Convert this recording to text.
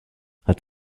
hat